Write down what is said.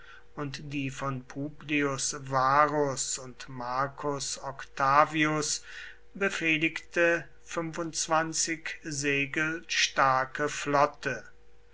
und die von publius varus und marcus octavius befehligte segel starke flotte